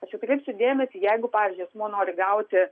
aš atkreipsiu dėmesį jeigu pavyzdžiui asmuo nori gauti